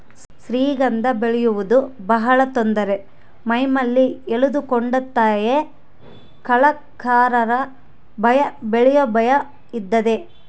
ಶ್ರೀಗಂಧ ಬೆಳೆಯುವುದು ಬಹಳ ತೊಂದರೆ ಮೈಮೇಲೆ ಎಳೆದುಕೊಂಡಂತೆಯೇ ಕಳ್ಳಕಾಕರ ಭಯ ಬೆಲೆಯ ಭಯ ಇದ್ದದ್ದೇ